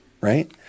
right